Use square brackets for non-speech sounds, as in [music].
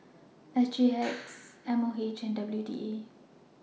S G X [noise] M O H and W D A